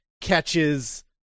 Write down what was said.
catches